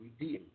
redeem